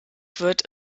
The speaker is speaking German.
wird